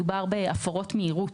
מדובר בהפרות מהירות.